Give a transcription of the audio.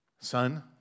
Son